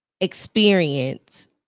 experience